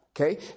Okay